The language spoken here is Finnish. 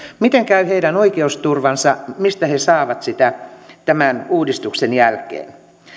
miten käy heidän oikeusturvansa mistä he saavat sitä tämän uudistuksen jälkeen